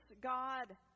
God